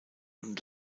und